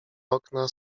okna